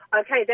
Okay